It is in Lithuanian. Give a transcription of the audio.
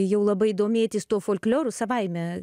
jau labai domėtis tuo folkloru savaime